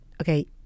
Okay